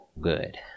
good